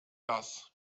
das